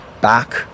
back